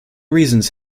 reasons